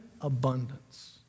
abundance